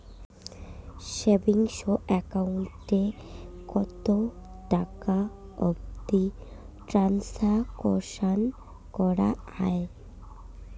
Savings account এ কতো টাকা অবধি ট্রানসাকশান করা য়ায়?